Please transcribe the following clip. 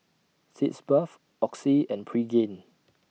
Sitz Bath Oxy and Pregain